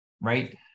right